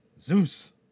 Zeus